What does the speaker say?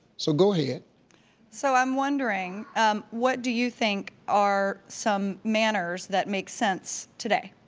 so go ahead. so i'm wondering what do you think are some manners that make sense today.